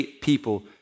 people